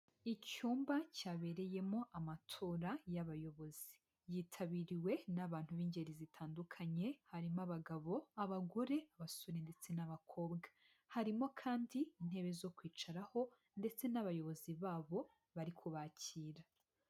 Icyumba cyabereyemo amatora y'abayobozi. Yitabiriwe n'abantu b'ingeri zitandukanye harimo abagabo, abagore, abasore ndetse n'abakobwa. Harimo kandi intebe zo kwicaraho ndetse n'abayobozi babo bari kubakira.